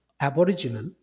Aboriginal